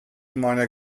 meiner